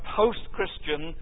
post-Christian